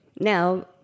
Now